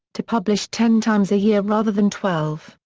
to publish ten times a year rather than twelve,